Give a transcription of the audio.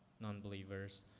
non-believers